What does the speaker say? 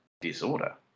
disorder